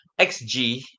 XG